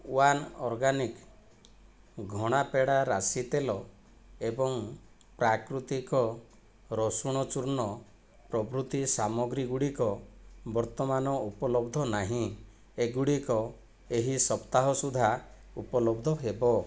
one organic ଘଣା ପେଡ଼ା ରାଶି ତେଲ ଏବଂ ପ୍ରାକୃତିକ ରସୁଣ ଚୂର୍ଣ୍ଣ ପ୍ରଭୃତି ସାମଗ୍ରୀ ଗୁଡ଼ିକ ବର୍ତ୍ତମାନ ଉପଲବ୍ଧ ନାହିଁ ଏଗୁଡ଼ିକ ଏହି ସପ୍ତାହ ସୁଦ୍ଧା ଉପଲବ୍ଧ ହେବ